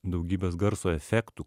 daugybės garso efektų